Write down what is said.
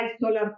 solar